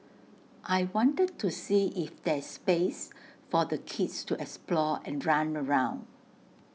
I wanted to see if there's space for the kids to explore and run around